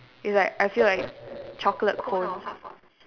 it's like I feel like chocolate cone